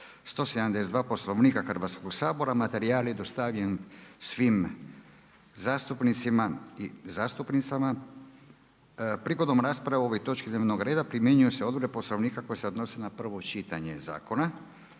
172. Poslovnika Hrvatskog sabora. Materijal je dostavljen svim zastupnicima i zastupnicama. Prigodom rasprave o ovoj točki dnevnog reda, primjenjuje se odredbe Poslovnika koji se odnosi na prvo čitanje zakona.